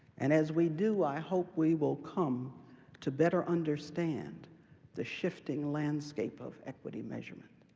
and as we do, i hope we will come to better understand the shifting landscape of equity measurement,